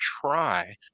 try